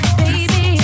baby